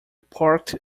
parked